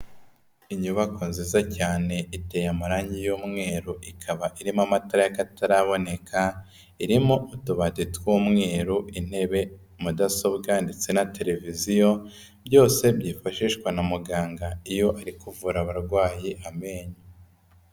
Inyubako nziza cyane iteye amarange y'umweru, ikaba irimo amatara y'akataraboneka, irimo utubati tw'umweru, intebe, Mudasobwa ndetse na televiziyo, byose byifashishwa na muganga iyo ari kuvura abarwayi amenyo.